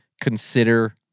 consider